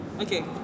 okay